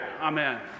Amen